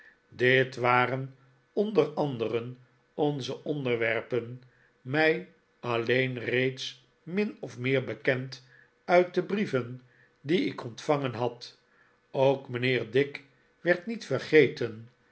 dit waren onder anderen oftze onderwerpen mij alien reeds min of meer bekend uit de brieven die ik ontvangen had ook mijnheer dick werd niet vergeten